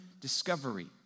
discovery